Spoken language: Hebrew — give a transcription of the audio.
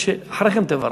אחרי כן תברך,